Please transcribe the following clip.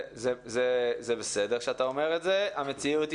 זה בסדר שאתה אומר את זה אבל המציאות היא